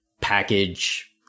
package